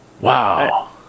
Wow